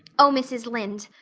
oh, mrs. lynde,